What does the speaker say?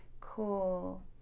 cool